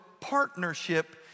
partnership